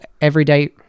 everyday